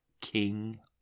King